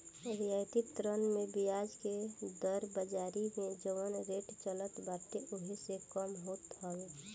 रियायती ऋण में बियाज के दर बाजारी में जवन रेट चलत बाटे ओसे कम होत हवे